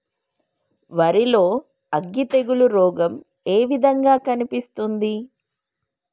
వరి లో అగ్గి తెగులు రోగం ఏ విధంగా కనిపిస్తుంది?